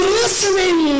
listening